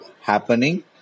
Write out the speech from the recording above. happening